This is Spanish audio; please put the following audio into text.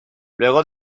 luego